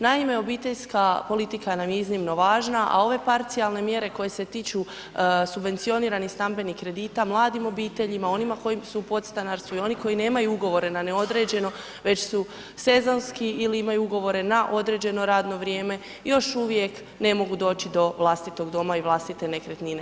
Naime, obiteljska politika nam je iznimno važna, a ove parcijalne mjere koje se tiču subvencioniranih stambenih kredita mladim obiteljima, onima koji su u podstanarstvu i oni koji nemaju ugovore na neodređeno već su sezonski ili imaju ugovore na određeno radno vrijeme, još uvijek ne mogu doći do vlastitog doma i vlastite nekretnine.